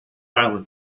island